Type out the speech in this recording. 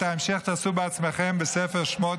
ואת ההמשך תעשו בעצמכם בספר שמות,